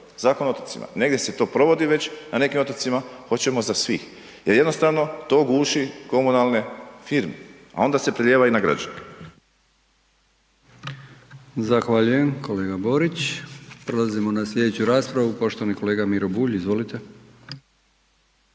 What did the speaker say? Zakon o otocima. Negdje se to provodi već na nekim otocima, hoćemo za svih jer jednostavno to guši komunalne firme a onda se prelijeva i na građane. **Brkić, Milijan (HDZ)** Zahvaljujem, kolega Borić. Prelazimo na slijedeću raspravu, poštovani kolega Miro Bulj, izvolite.